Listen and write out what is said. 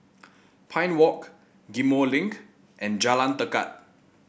Pine Walk Ghim Moh Link and Jalan Tekad